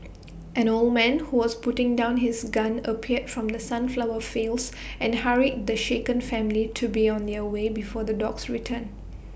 an old man who was putting down his gun appeared from the sunflower fields and hurried the shaken family to be on their way before the dogs return